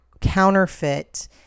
counterfeit